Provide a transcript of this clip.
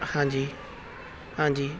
ਹਾਂਜੀ ਹਾਂਜੀ